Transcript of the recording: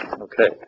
Okay